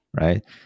right